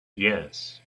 yes